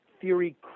theory